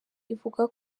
ivuga